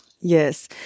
Yes